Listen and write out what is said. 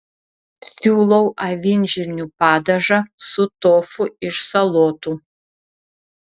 siūlau avinžirnių padažą su tofu iš salotų